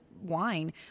wine